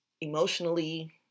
Emotionally